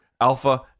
Alpha